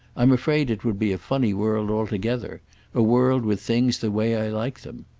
i'm afraid it would be a funny world altogether a world with things the way i like them.